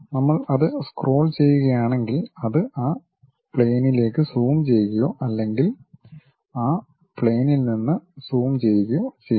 നമ്മൾ അത് സ്ക്രോൾ ചെയ്യുകയാണെങ്കിൽ അത് ആ പ്ലെയിനിലേക്ക് സൂം ചെയ്യുകയോ അല്ലെങ്കിൽ ആ പ്ലെയിനിൽ നിന്ന് സൂം ചെയ്യുകയോ ചെയ്യുന്നു